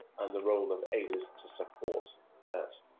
and the role of aid is to support that.